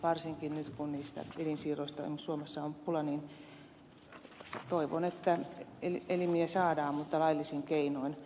varsinkin nyt kun niistä elinsiirroista esimerkiksi suomessa on pula niin toivon että elimiä saadaan mutta laillisin keinoin